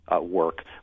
work